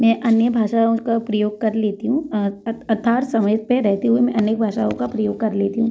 मैं अन्य भाषाओं का प्रयोग कर लेती हूँ समय पे रहते हुए मैं अन्य भाषाओं का प्रयोग कर लेती हूँ